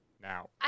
now